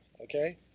okay